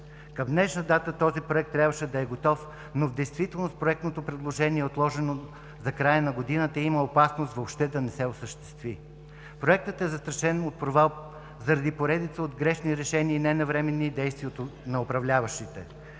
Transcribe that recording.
Към днешна дата трябваше да е готов, но в действителност проектното предложение е отложено за края на годината и има опасност въобще да не се осъществи. Проектът е застрашен от провал заради поредица от грешни решения и ненавременни действия на управляващите.